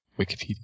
Wikipedia